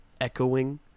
echoing